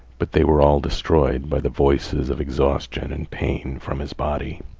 but they were all destroyed by the voices of exhaustion and pain from his body.